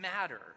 matter